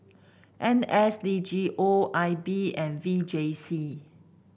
N S D G O I B and V J C